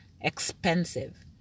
expensive